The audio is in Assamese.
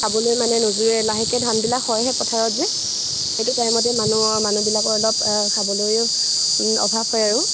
খাবলৈ মানে নোজোৰে লাহেকৈ ধানবিলাক হয়হে পথাৰত যে সেইটো টাইমতে মানুহ মানুহবিলাকৰ অলপ খাবলৈও অভাৱ হয় আৰু